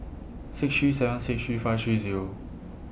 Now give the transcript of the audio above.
six three seven six three five three Zero